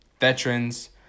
veterans